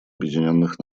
объединенных